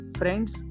friends